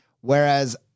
Whereas